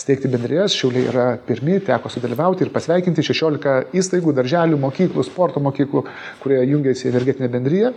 steigti bendrijas šiauliai yra pirmi teko sudalyvauti ir pasveikinti šešiolika įstaigų darželių mokyklų sporto mokyklų kurie jungėsi į energetinę bendriją